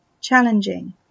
challenging